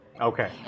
Okay